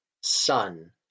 *Son